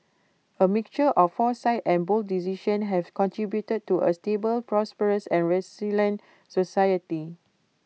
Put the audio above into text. A mixture of foresight and bold decisions have contributed to A stable prosperous and resilient society